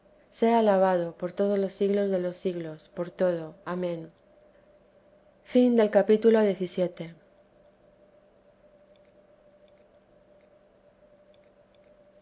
sea alabado por todos los siglos de los siglos por todo amén capitulo